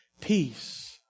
peace